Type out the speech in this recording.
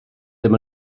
ddim